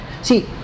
See